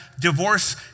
divorce